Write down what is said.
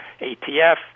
ATF